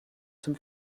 zum